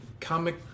comic